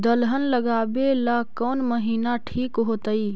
दलहन लगाबेला कौन महिना ठिक होतइ?